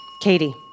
Katie